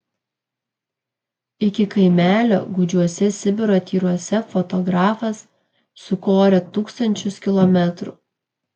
iki kaimelio gūdžiuose sibiro tyruose fotografas sukorė tūkstančius kilometrų